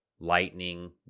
lightning